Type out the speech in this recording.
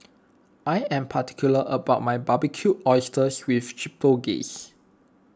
I am particular about my Barbecued Oysters with Chipotle Glaze